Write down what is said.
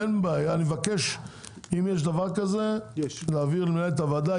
אני מבקש שאם יש דבר כזה להעביר למנהלת הוועדה,